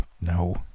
No